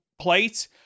plate